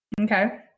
Okay